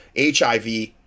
HIV